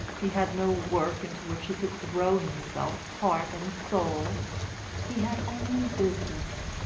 he had no work into which he could throw himself heart and soul he had only business.